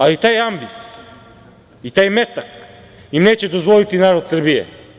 Ali, taj ambis i taj metak im neće dozvoliti narod Srbije.